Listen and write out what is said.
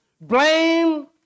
blame